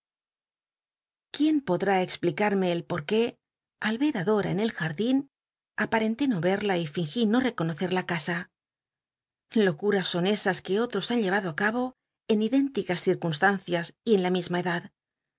quién podrá explicarme el por qué al y dora en el jardin aparcnlé no y cl'la y fingí no reconocer la casa locul'as son esas que otros han llcy ado á cabo en idénticas circunstancias y en la misma edad